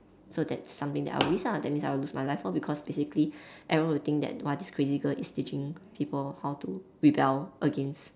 so that's something that I will risk ah that means I will lose my life lor because basically everyone will think that !wah! this crazy girl is teaching people how to rebel against